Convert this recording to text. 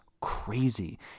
crazy